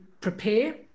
prepare